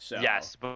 Yes